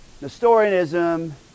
Nestorianism